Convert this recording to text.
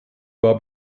war